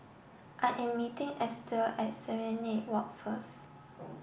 I am meeting Estell at Serenade Walk first